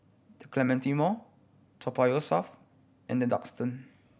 The Clementi Mall Toa Payoh South and The Duxton